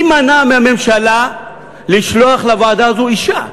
מי מנע מהממשלה לשלוח לוועדה הזאת אישה?